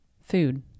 food